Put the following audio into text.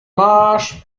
marsch